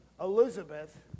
Elizabeth